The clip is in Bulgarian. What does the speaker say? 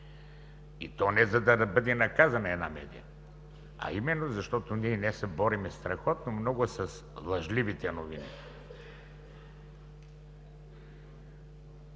и то не за да бъде наказана една медия, а именно защото ние днес се борим страхотно много с лъжливите новини.